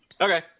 okay